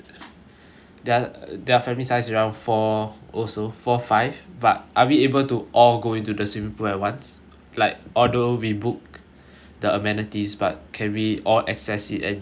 their their family size around four also four five but are we able to all go into the swimming pool at once like although we book the amenities but can we all access it and use it at the same time